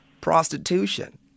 prostitution